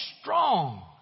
strong